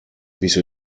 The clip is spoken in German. wieso